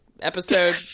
episode-